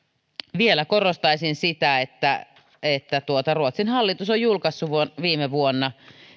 vielä korostaisin sitä että että ruotsin hallitus on julkaissut viime vuonna